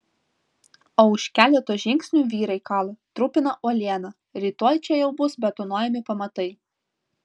o už keleto žingsnių vyrai kala trupina uolieną rytoj čia jau bus betonuojami pamatai